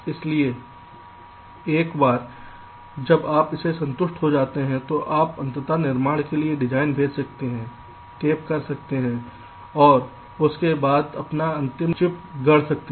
इसलिए एक बार जब आप इससे संतुष्ट हो जाते हैं तो आप अंततः निर्माण के लिए डिज़ाइन भेज सकते हैं टेप कर सकते हैं और उसके बाद अपना अंतिम चिप गढ़ा जाता है